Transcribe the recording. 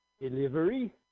Delivery